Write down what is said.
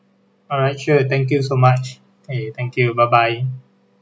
alright sure thank you so much K thank you bye bye